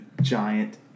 giant